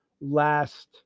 last